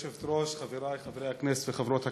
גברתי היושבת-ראש, חברי חברי הכנסת וחברות הכנסת,